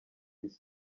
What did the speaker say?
isi